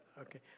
okay